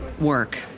work